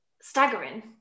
staggering